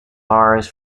lars